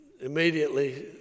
immediately